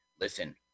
listen